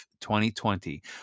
2020